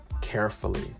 carefully